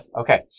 okay